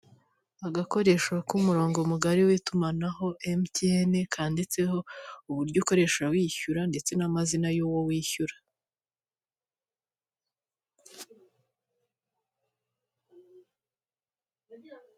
Agakoresho k'umurongo mugari w'itumanaho emutiyeni kanditseho uburyo ukoresha wishyura ndetse n'amazina y'uwo wishyura.